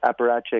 apparatchik